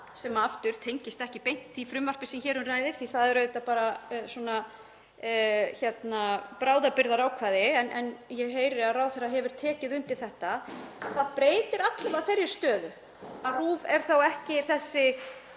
sem aftur tengist ekki beint því frumvarpi sem hér um ræðir því að það eru auðvitað bara bráðabirgðaákvæði en ég heyri að ráðherra hefur tekið undir þetta. Það breytir alla vega þeirri stöðu að RÚV er þá ekki þessi